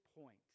point